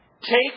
take